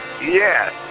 Yes